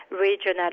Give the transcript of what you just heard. regional